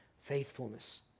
faithfulness